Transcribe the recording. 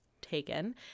taken